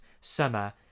summer